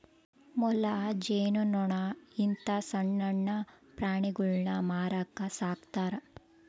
ಮೊಲ, ಜೇನು ನೊಣ ಇಂತ ಸಣ್ಣಣ್ಣ ಪ್ರಾಣಿಗುಳ್ನ ಮಾರಕ ಸಾಕ್ತರಾ